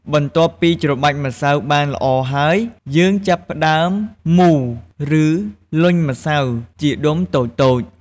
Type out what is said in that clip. បន្ទាប់ពីច្របាច់ម្សៅបានល្អហើយ យើងចាប់ផ្តើមមូល ឬ លញ់ម្សៅជាដុំតូចៗ។